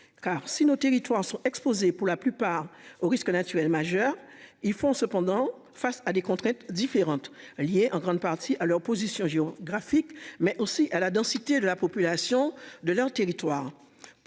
car si nos territoires sont exposés pour la plupart aux risques naturels majeurs, ils font cependant face à des contraintes différentes lié en grande partie à leur position géographique mais aussi à la densité de la population de leur territoire.